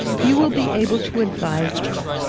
you will be able to advise us.